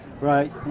Right